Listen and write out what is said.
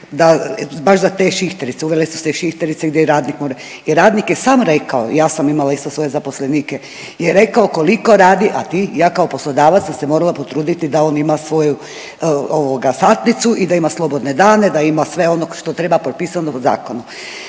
tih baš za te šihterice, uvele su se šihterice gdje radnik more, jer radnik je sam rekao ja sam imala isto svoje zaposlenike, je rekao koliko radi, a ti ja kao poslodavac sam se morala potruditi da on ima svoju satnicu i da ima slobodne dane i da ima sve onog što treba propisano u zakonu.